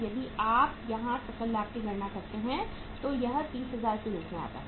यदि आप यहाँ सकल लाभ की गणना करते हैं तो यह 30000 के रूप में आता है